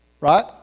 Right